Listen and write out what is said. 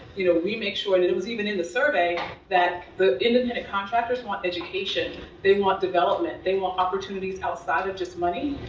you know we make sure and it it was even in the survey, that the independent contractors want education, they want development, they want opportunities outside of just money,